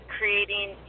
creating